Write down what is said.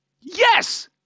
Yes